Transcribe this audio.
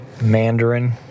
Mandarin